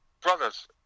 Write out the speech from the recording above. brothers